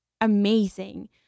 amazing